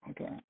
Okay